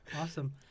Awesome